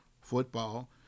football